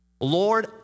Lord